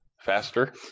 faster